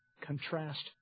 contrast